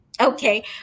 Okay